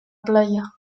playa